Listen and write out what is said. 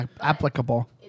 Applicable